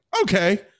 okay